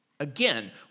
Again